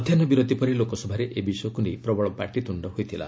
ମଧ୍ୟାହୁ ବିରତି ପରେ ଲୋକସଭାରେ ଏ ବିଷୟକୁ ନେଇ ପ୍ରବଳ ପାଟିତୁଣ୍ଡ ହୋଇଥିଲା